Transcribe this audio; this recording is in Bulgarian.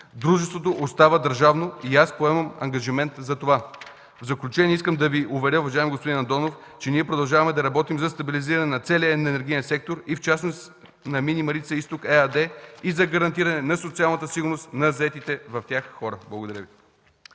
Дружеството остава държавно и аз поемам ангажимент за това. В заключение искам да Ви уверя, уважаеми господин Андонов, че ние продължаваме да работим за стабилизиране на целия енергиен сектор и в частност на „Мини Марица изток” ЕАД и за гарантиране на социалната сигурност на заетите в тях хора. Благодаря Ви.